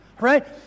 Right